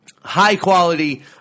high-quality